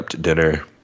dinner